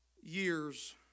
years